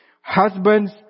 Husbands